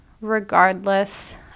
regardless